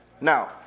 now